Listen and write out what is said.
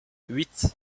huit